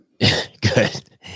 Good